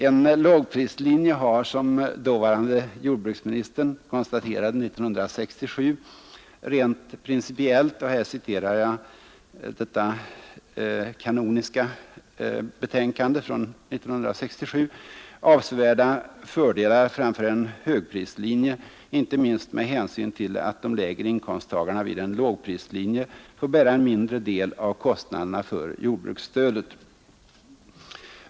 En lågprislinje har, som dåvarande jordbruksministern konstaterade 1967, rent principiellt — och här citerar jag det kanoniska betänkandet från 1967 — ”avsevärda fördelar framför en högprislinje, inte minst med hänsyn till att de lägre inkomsttagarna vid en lågprislinje får bära en mindre del av kostnaderna för jordbruksstödet”.